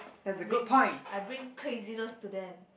I bring I bring craziness to them